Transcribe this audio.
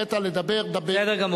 נקראת לדבר, דבר.